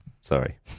Sorry